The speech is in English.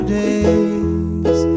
days